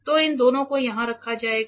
तो इन दोनों को यहां रखा जाएगा